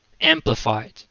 Amplified